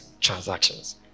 transactions